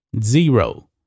Zero